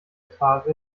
trave